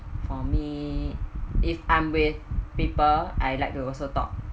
for me if I'm with people I like to also talk